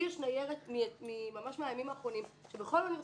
לי יש ניירת ממש מהימים האחרונים שבכל האוניברסיטאות,